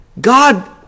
God